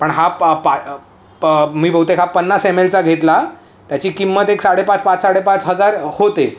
पण हा पाहुते हा पन्नास एमएलचा घेतला त्याची किंमत एक साडे पाच पाच साडे पाच हजार होते